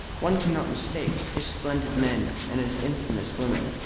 one cannot mistake his splendid men and his infamous women.